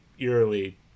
eerily